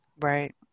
Right